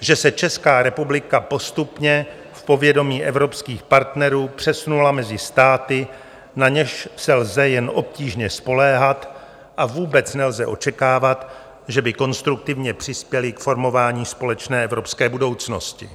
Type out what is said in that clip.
že se Česká republika postupně v povědomí evropských partnerů přesunula mezi státy, na něž se lze jen obtížně spoléhat, a vůbec nelze očekávat, že by konstruktivně přispěly k formování společné evropské budoucnosti.